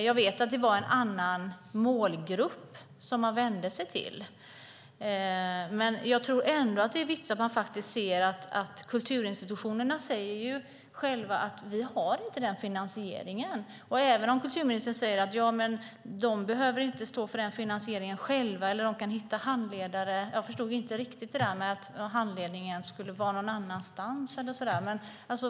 Jag vet att man vände sig till en annan målgrupp. Det är ändå viktigt att kulturinstitutionerna själva säger att de inte har finansieringen. Kulturministern säger att institutionerna inte behöver stå för finansieringen själva eller att de kan få handledare. Jag förstod inte riktigt - handledningen skulle vara någon annanstans, eller något sådant.